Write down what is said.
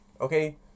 okay